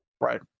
Right